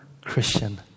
Christian